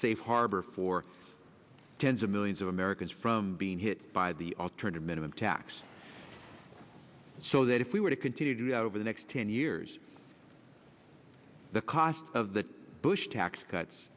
safe harbor for tens of millions of americans from being hit by the alternative minimum tax so that if we were to continue to over the next ten years the cost of the bush tax cuts